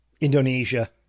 Indonesia